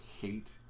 hate